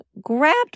grabbed